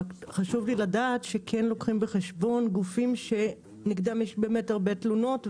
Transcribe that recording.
רק חשוב לי לדעת שכן לוקחים בחשבון גופים שנגדם יש הרבה תלונות.